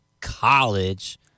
College